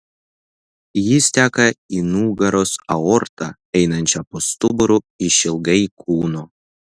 jis teka į nugaros aortą einančią po stuburu išilgai kūno